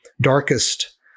darkest